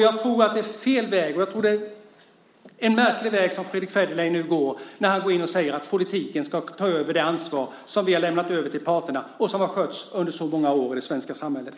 Jag tror att det är fel väg, och en märklig väg, som Fredrick Federley nu går när han går in och säger att politiken ska ta över det ansvar som vi har lämnat över till parterna och som har skötts under så många år i det svenska samhället.